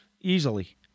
easily